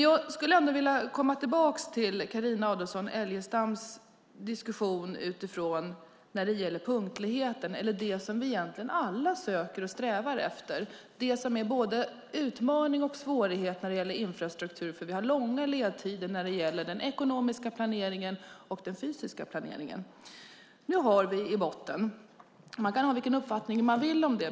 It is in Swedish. Jag skulle vilja komma tillbaka till Carina Adolfsson Elgestams diskussion om punktligheten och det som vi alla söker och strävar efter. Det är både en utmaning och en svårighet när det gäller infrastruktur. Vi har långa ledtider för den ekonomiska planeringen och den fysiska planeringen. Man kan ha vilken uppfattning man vill om detta.